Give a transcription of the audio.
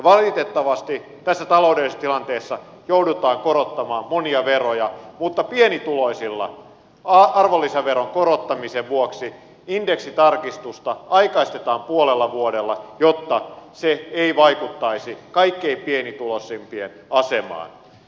valitettavasti tässä taloudellisessa tilanteessa joudutaan korottamaan monia veroja mutta pienituloisilla arvonlisäveron korottamisen vuoksi indeksitarkistusta aikaistetaan puolella vuodella jotta se ei vaikuttaisi kaikkein pienituloisimpien asemaan